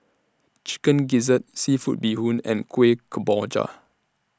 Chicken Gizzard Seafood Bee Hoon and Kueh Kemboja